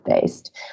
based